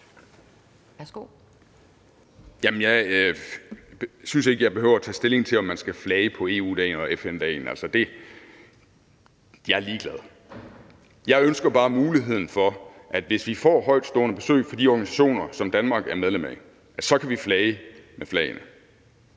Jeg synes ikke, jeg behøver at tage stilling til, om man skal flage på EU-dagen og FN-dagen. Jeg er ligeglad. Jeg ønsker bare muligheden for, hvis vi får højtstående besøg fra de organisationer, som Danmark er medlem af, at vi så kan flage med flagene.